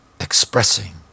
expressing